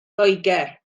loegr